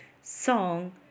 song